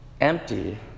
empty